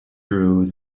through